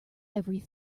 every